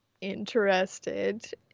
interested